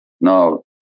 Now